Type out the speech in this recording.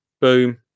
Boom